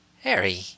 Harry